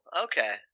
okay